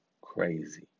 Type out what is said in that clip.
crazy